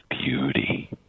beauty